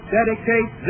dedicate